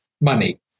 money